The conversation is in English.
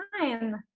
time